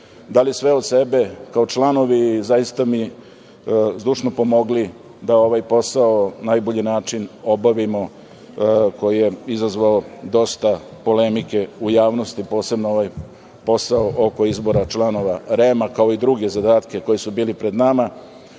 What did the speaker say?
dali sve od sebe kao članovi i zaista mi zdušno pomogli da ovaj posao na najbolji način obavimo koji je izazvao dosta polemike u javnosti, posebno ovaj posao oko izbora članova REM, kao i druge zadatke koji su bili pred